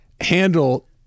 handle